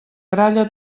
gralla